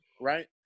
right